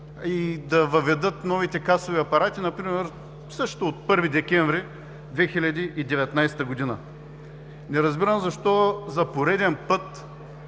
да въведат новите касови апарати, например също от 1 декември 2019 г.? Не разбирам защо, за пореден път,